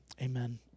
amen